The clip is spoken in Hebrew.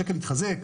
השקל התחזק,